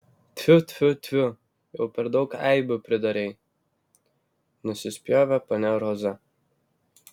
tfiu tfiu tfiu jau per daug eibių pridarei nusispjovė ponia roza